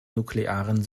nuklearen